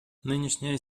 нынешняя